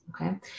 Okay